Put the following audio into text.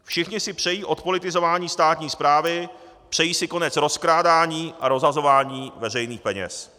Všichni si přejí odpolitizování státní správy, přejí si konec rozkrádání a rozhazování veřejných peněz.